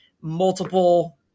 Multiple